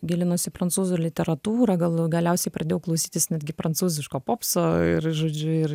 gilinuos į prancūzų literatūrą galų galiausiai pradėjau klausytis netgi prancūziško popso ir žodžiu ir